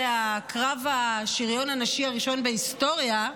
קרב השריון הנשי הראשון בהיסטוריה?